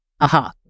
Aha